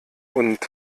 und